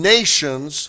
Nations